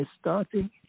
starting